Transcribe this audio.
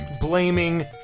blaming